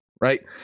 right